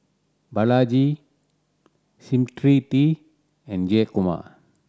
Balaji Smriti and Jayakumar